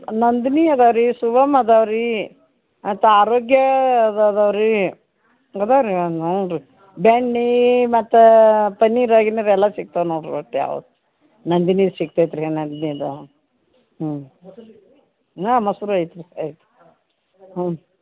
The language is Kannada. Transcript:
ನಂದಿನಿ ಅದಾವೆ ರಿ ಶುಭಮ್ ಅದಾವೆ ರಿ ಮತ್ತು ಆರೋಗ್ಯ ಅದೂ ಅದಾವೆ ರಿ ಅದಾವೆ ರಿ ಹ್ಞೂ ರೀ ಬೆಣ್ಣೆ ಮತ್ತು ಪನ್ನೀರ ಗಿನ್ನೀರ ಎಲ್ಲ ಸಿಗ್ತಾವೆ ನೋಡಿರಿ ಒಟ್ಟು ನಂದಿನೀದು ಸಿಗ್ತಯ್ತ್ರೀ ನಂದಿನಿದು ಹ್ಞೂ ಹಾಂ ಮೊಸರು ಐತ್ರೀ ಐತ್ರಿ ಹ್ಞೂ